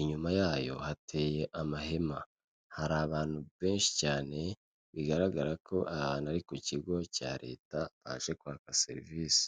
inyuma yayo hateye amahema, hari abantu benshi cyane bigaragara ko aha hantu ari ku kigo cya Leta, baje kwaka serivisi.